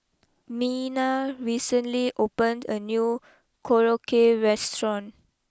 Mena recently opened a new Korokke restaurant